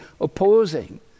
opposing